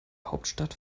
hauptstadt